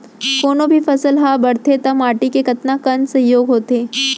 कोनो भी फसल हा बड़थे ता माटी के कतका कन सहयोग होथे?